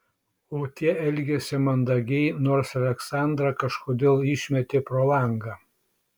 o tie elgėsi mandagiai nors aleksandrą kažkodėl išmetė pro langą